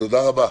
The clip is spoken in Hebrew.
תודה רבה.